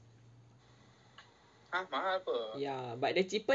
!huh! mahal apa